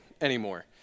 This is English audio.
anymore